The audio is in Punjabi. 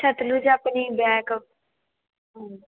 ਸਤਲੁਜ ਆਪਣੀ ਬੈਕ